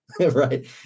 right